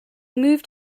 moved